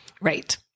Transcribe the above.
Right